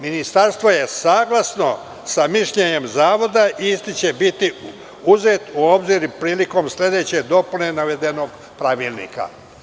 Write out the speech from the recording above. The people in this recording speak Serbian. Ministarstvo je saglasno sa mišljenjem Zavoda i isti će biti u obzir prilikom sledeće dopune navedenog pravilnika.